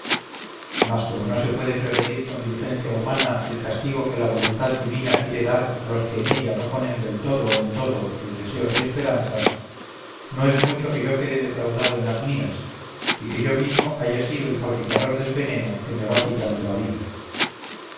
mas como no se puede prevenir con diligencia humana el castigo que la voluntad divina quiere dar a los que en ella no ponen del todo en todo sus deseos y esperanzas no es mucho que yo quede defraudado en las mías y que yo mismo haya sido el fabricador del veneno que me va quitando la vida